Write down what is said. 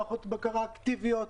מערכות בקרה אקטיביות,